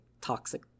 toxic